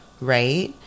right